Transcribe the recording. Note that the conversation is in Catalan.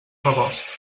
rebost